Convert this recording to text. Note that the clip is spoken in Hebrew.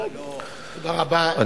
תודה רבה.